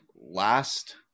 last